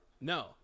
No